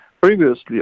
previously